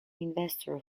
investor